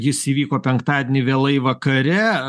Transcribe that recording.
jis įvyko penktadienį vėlai vakare